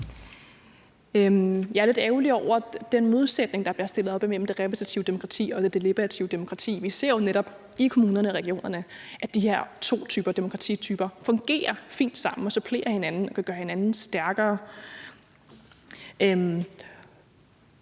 Jeg er lidt ærgerlig over den modsætning, der bliver sat op imellem det repræsentative og det deliberative demokrati. Vi ser jo netop i kommunerne og regionerne, at de her to demokratityper fungerer fint sammen og supplerer hinanden og gør hinanden stærkere.